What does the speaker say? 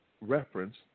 reference